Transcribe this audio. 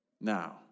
Now